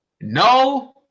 No